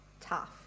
tough